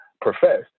professed